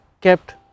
kept